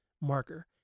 marker